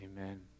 Amen